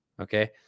okay